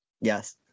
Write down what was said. Yes